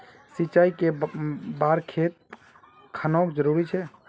सिंचाई कै बार खेत खानोक जरुरी छै?